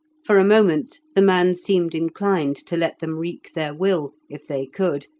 for a moment the man seemed inclined to let them wreak their will, if they could,